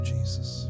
Jesus